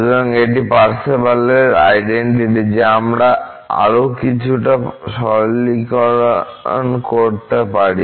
সুতরাং এটি হল পার্সেভালের আইডেনটিটি যা আমরা আরও কিছুটা সরলীকরণ করতে পারি